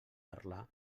parlar